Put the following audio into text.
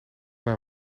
naar